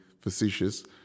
facetious